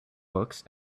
books